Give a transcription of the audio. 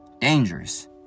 dangerous